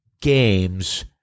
games